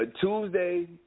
Tuesday